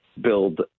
build